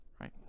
right